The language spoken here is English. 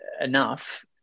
enough